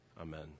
amen